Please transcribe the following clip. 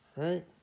Right